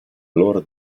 loro